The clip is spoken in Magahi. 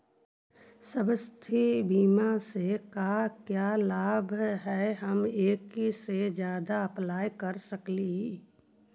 स्वास्थ्य बीमा से का क्या लाभ है हम एक से जादा अप्लाई कर सकली ही?